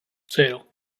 cero